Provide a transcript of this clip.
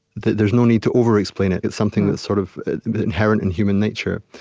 that there's no need to over explain it. it's something that's sort of inherent in human nature.